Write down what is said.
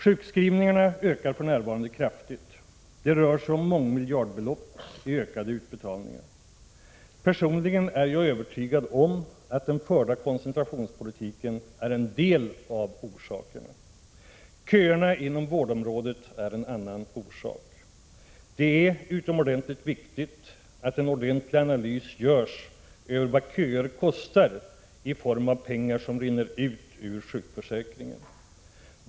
Sjukskrivningarna ökar för närvarande kraftigt. Det rör sig om mångmiljardbelopp i ökade utbetalningar. Personligen är jag övertygad om att den förda koncentrationspolitiken är en av orsakerna. Köerna inom vårdområdet är en annan orsak. Det är utomordentligt viktigt att en ordentlig analys görs över vad köer kostar i form av pengar som rinner ut ur sjukförsäkringen.